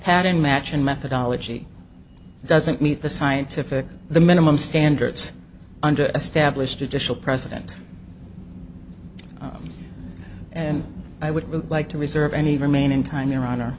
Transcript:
pattern matching methodology doesn't meet the scientific the minimum standards under established additional president and i would like to reserve any remaining time your honor